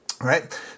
Right